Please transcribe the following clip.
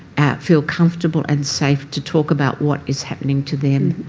feel comfortable and safe to talk about what is happening to them.